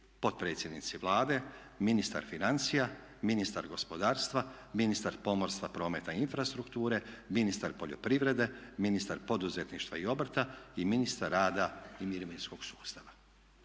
potpredsjednici Vlade, ministar financija, ministar gospodarstva, ministar pomorstva, prometa i infrastrukture, ministar poljoprivrede, ministar poduzetništva i obrta i ministar rada i mirovinskog sustava.